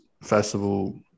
festival